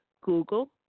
Google